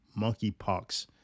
monkeypox